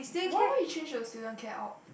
why why you change to student care out